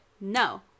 no